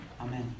Amen